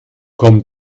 komm